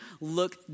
look